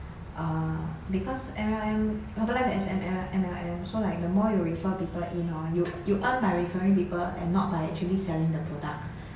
err because M_L_M herbalife as an M_L_M so like the more you refer people in hor you you earn by referring people and not by actually selling the product